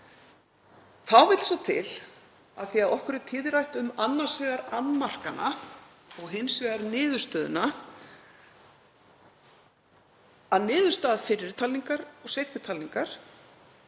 Þá vill svo til, af því að okkur er tíðrætt um annars vegar annmarkana og hins vegar niðurstöðuna, að niðurstaða fyrri talningar og seinni talningar,